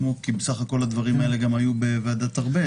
שעלו גם בוועדת ארבל,